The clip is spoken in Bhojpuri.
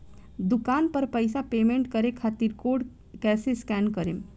दूकान पर पैसा पेमेंट करे खातिर कोड कैसे स्कैन करेम?